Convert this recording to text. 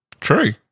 True